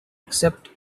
accept